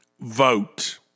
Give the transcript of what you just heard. vote